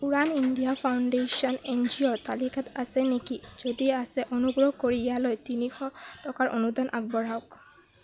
Udaan India foundation এনজিঅ'ৰ তালিকাত আছে নেকি যদি আছে অনুগ্ৰহ কৰি ইয়ালৈ তিনিশ টকাৰ অনুদান আগবঢ়াওক